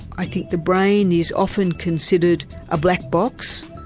i think the brain is often considered a black box,